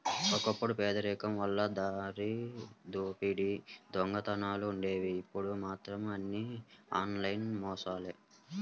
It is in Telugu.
ఒకప్పుడు పేదరికం వల్ల దారిదోపిడీ దొంగతనాలుండేవి ఇప్పుడు మాత్రం అన్నీ ఆన్లైన్ మోసాలే